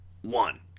one